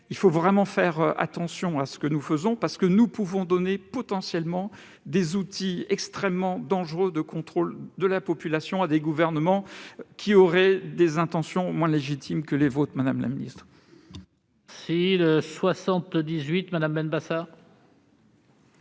Il faut donc réellement faire attention à ce que nous faisons, parce que nous pouvons donner des outils extrêmement dangereux de contrôle de la population à des gouvernements qui auraient des intentions moins légitimes que les vôtres, madame la ministre. La parole est à Mme Esther Benbassa,